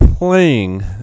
playing